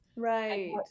Right